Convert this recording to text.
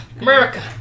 America